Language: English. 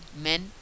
men